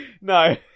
no